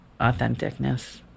authenticness